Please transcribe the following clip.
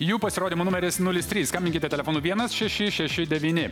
jų pasirodymo numeris nulis trys skambinkite telefonu vienas šeši šeši devyni